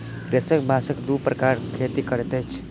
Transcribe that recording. कृषक बांसक दू प्रकारक खेती करैत अछि